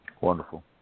Wonderful